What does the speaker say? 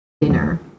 dinner